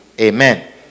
Amen